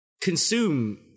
consume